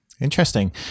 Interesting